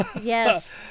Yes